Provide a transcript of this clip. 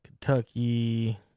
Kentucky